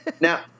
Now